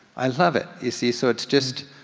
i love it, you see. so, it's just,